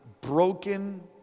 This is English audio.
broken